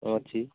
ଅଛି